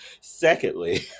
Secondly